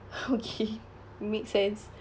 okay make sense